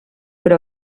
però